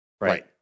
Right